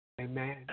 Amen